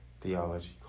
theology